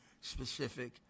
specific